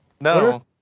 No